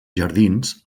jardins